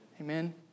Amen